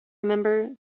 remember